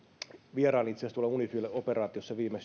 vierailin itse asiassa tuolla unifil operaatiossa viime